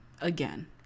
again